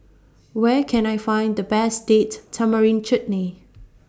Where Can I Find The Best Date Tamarind Chutney